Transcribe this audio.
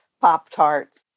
pop-tarts